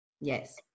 Yes